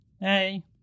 Hey